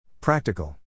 Practical